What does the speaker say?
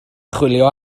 chwilio